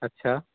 अच्छा